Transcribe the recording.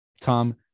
Tom